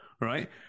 right